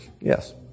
Yes